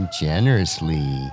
generously